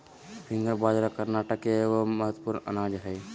finger बाजरा कर्नाटक के एगो महत्वपूर्ण अनाज हइ